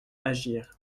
agir